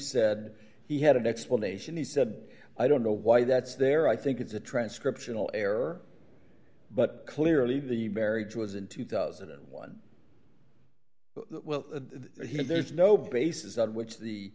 said he had an explanation he said i don't know why that's there i think it's a transcription error but clearly the marriage was in two thousand and one well there's no basis on which the